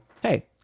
hey